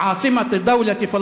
(אומר דברים בשפה הערבית,